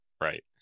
Right